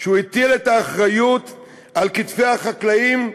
בכך שהוא הטיל את האחריות על כתפי החקלאים,